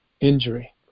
injury